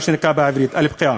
מה שנקרא בערבית אל-בֻקיעה.